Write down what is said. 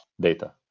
data